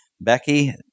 Becky